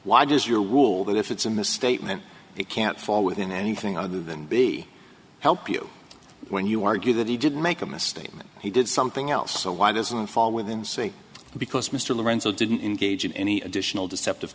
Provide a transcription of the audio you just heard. why does your rule that if it's a misstatement it can't fall within anything other than b help you when you argue that he didn't make a misstatement he did something else so why doesn't fall within c because mr lorenzo didn't engage in any additional deceptive